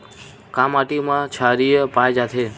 का माटी मा क्षारीय पाए जाथे?